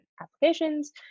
applications